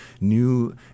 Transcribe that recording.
New